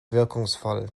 wirkungsvoll